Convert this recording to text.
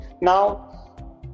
Now